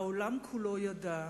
העולם כולו ידע,